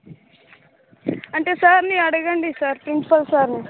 అంటే సార్ని అడగండి సార్ ప్రిన్సిపాల్ సార్ని